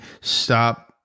stop